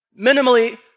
Minimally